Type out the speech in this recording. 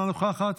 אינה נוכחת,